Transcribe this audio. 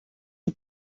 you